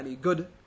good